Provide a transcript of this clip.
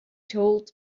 told